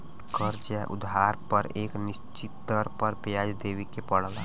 कर्ज़ या उधार पर एक निश्चित दर पर ब्याज देवे के पड़ला